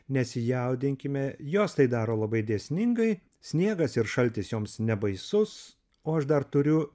nesijaudinkime jos tai daro labai dėsningai sniegas ir šaltis joms nebaisus o aš dar turiu